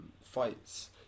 fights